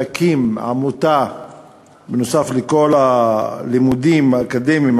נוסף על כל הלימודים האקדמיים,